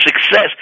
success